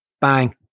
Bang